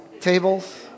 Tables